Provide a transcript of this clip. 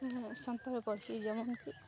ᱥᱟᱱᱛᱟᱲᱤ ᱯᱟᱹᱨᱥᱤ ᱡᱮᱢᱚᱱ ᱠᱤ